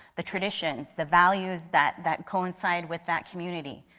the traditions. the values that that coincide with that community.